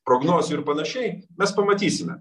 prognozių ir panašiai mes pamatysime